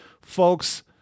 folks